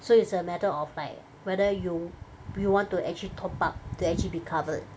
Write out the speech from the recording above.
so it's a matter of like whether you do you want to actually top up to actually be covered